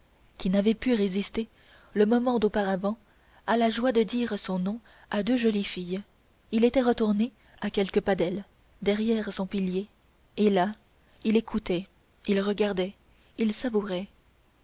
qui n'avait pu résister le moment d'auparavant à la joie de dire son nom à deux jolies filles il était retourné à quelques pas d'elles derrière son pilier et là il écoutait il regardait il savourait